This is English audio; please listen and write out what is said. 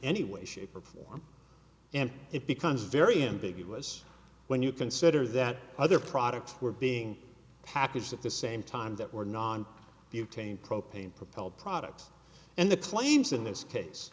any way shape or form and it becomes very ambiguous when you consider that other products were being packaged at the same time that were non butane propane propelled products and the claims in this case